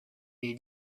est